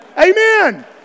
Amen